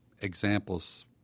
Examples